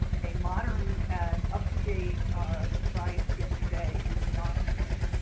a modern and up to date device yesterday is not today.